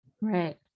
Right